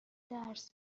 درس